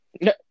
No